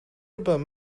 日本